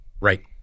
Right